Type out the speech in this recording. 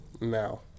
now